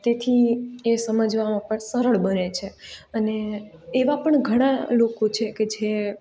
તેથી એ સમજવામાં પણ સરળ બને છે અને એવા પણ ઘણા લોકો છે કે જે